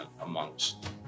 amongst